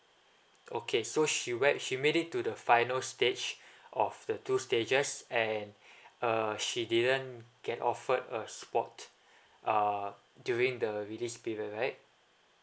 okay so she wear she made it to the final stage of the two stages and uh she didn't get offered a spot uh during the release period right